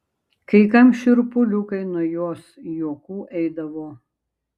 kai kam šiurpuliukai nuo jos juokų eidavo